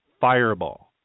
fireball